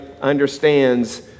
understands